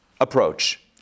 approach